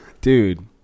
dude